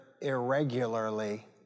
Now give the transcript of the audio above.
irregularly